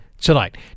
tonight